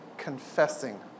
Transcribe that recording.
confessing